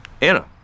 Anna